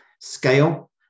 Scale